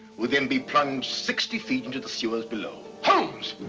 will then be plunged sixty feet into the sewers below. holmes!